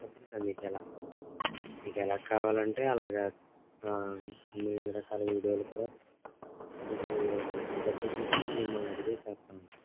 చెప్పండి సార్ మీకెలా మీకు ఎలా కావాలంటే అలాగ అన్ని రకాల వీడియోలు కూడా ప్రతిదీ కూడా మిమ్మల్ని అడిగే చేస్తాం